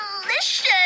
delicious